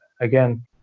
again